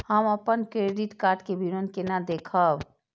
हम अपन credit card के विवरण केना देखब?